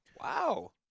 Wow